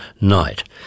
night